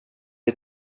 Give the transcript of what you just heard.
vid